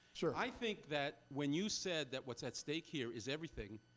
so i think that when you said that what's at stake here is everything,